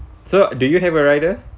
so do you have a rider